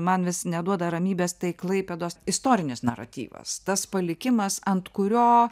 man vis neduoda ramybės tai klaipėdos istorinis naratyvas tas palikimas ant kurio